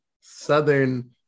southern